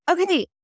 Okay